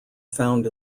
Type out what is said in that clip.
found